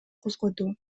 козгоду